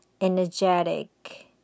energetic